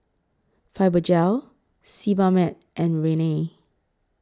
Fibogel Sebamed and Rene